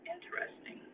Interesting